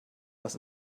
was